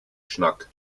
schnack